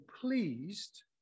pleased